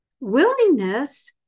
willingness